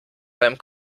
beim